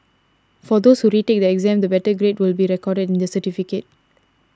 for those who retake the exam the better grade will be recorded in their certificate